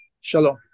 Shalom